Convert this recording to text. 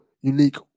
unique